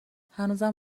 هنوزم